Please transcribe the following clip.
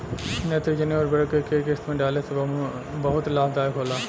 नेत्रजनीय उर्वरक के केय किस्त में डाले से बहुत लाभदायक होला?